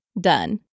Done